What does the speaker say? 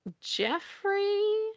Jeffrey